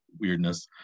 weirdness